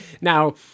Now